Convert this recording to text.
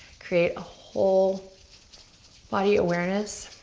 create a whole body awareness.